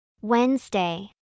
Wednesday